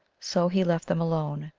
so he left them alone,